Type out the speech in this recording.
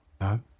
No